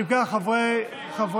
לוועדת הכספים.